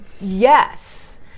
yes